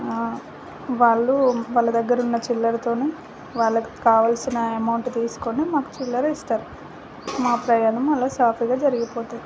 ఆ వాళ్ళు వాళ్ళ దగ్గర ఉన్న చిల్లరతోనే వాళ్ళకు కావలసిన అమౌంట్ తీసుకొని మాకు చిల్లర ఇస్తారు మా ప్రయాణం అలా సాఫీగా జరిగిపోతుంది